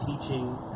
teaching